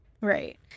Right